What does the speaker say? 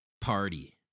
party